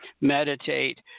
meditate